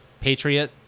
Patriot